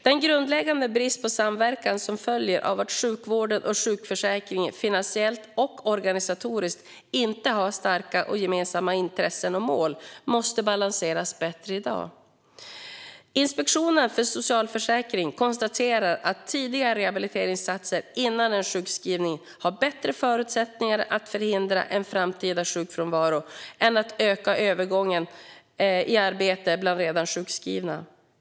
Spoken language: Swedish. Den grundläggande brist på samverkan som följer av att sjukvården och sjukförsäkringen finansiellt och organisatoriskt inte har starka gemensamma intressen och mål måste balanseras bättre än i dag. Inspektionen för socialförsäkringen konstaterar att tidiga rehabiliteringsinsatser innan en sjukskrivning har bättre förutsättningar att förhindra en framtida sjukfrånvaro än att öka återgången i arbete bland redan sjukskrivna.